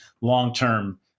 long-term